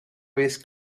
vez